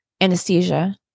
anesthesia